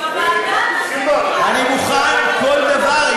אני מוכן כל דבר.